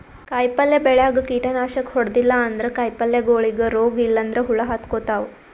ಕಾಯಿಪಲ್ಯ ಬೆಳ್ಯಾಗ್ ಕೀಟನಾಶಕ್ ಹೊಡದಿಲ್ಲ ಅಂದ್ರ ಕಾಯಿಪಲ್ಯಗೋಳಿಗ್ ರೋಗ್ ಇಲ್ಲಂದ್ರ ಹುಳ ಹತ್ಕೊತಾವ್